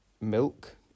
milk